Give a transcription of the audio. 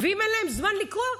ואם אין להם זמן לקרוא,